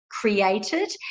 created